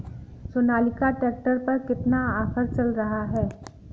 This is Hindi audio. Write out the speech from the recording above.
सोनालिका ट्रैक्टर पर कितना ऑफर चल रहा है?